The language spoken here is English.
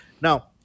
Now